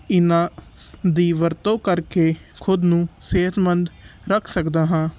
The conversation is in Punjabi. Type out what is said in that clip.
ਇਨ੍ਹਾਂ ਦੀ ਵਰਤੋਂ ਕਰਕੇ ਖੁਦ ਨੂੰ ਸਿਹਤਮੰਦ ਰੱਖ ਸਕਦਾ ਹਾਂ